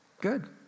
Good